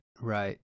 Right